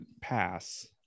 Pass